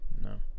No